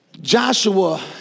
Joshua